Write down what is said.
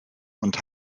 und